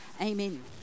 Amen